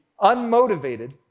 unmotivated